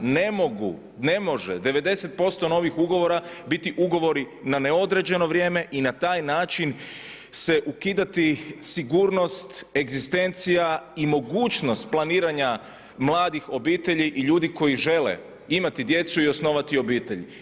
Ne mogu, ne može 90% novih ugovora biti ugovori na neodređeno vrijeme i na taj način se ukidati sigurnost, egzistencija i mogućnost planiranja mladih obitelji i ljudi koji žele imati djecu i osnovati obitelj.